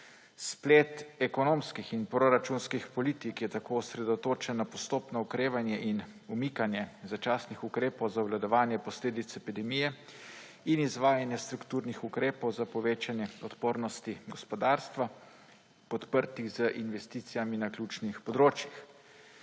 Splet ekonomskih in proračunskih politik je tako osredotočen na postopno okrevanje in umikanje začasnih ukrepov za obvladovanje posledic epidemije in izvajanje strukturnih ukrepov za povečanje odpornosti gospodarstva, podprtih z investicijami na ključnih področjih.